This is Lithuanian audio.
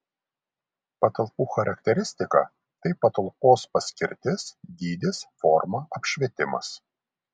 patalpų charakteristika tai patalpos paskirtis dydis forma apšvietimas